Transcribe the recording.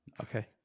Okay